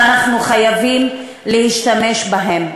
שאנחנו חייבים להשתמש בהם.